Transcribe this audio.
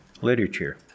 literature